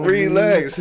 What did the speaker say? Relax